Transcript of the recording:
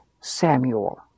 Samuel